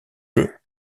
jeu